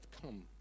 come